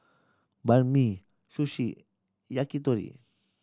Banh Mi Sushi Yakitori